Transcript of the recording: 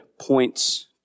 points